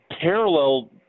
parallel